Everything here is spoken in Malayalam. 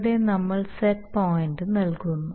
ഇവിടെ നമ്മൾ സെറ്റ് പോയിന്റ് നൽകുന്നു